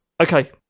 okay